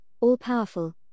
all-powerful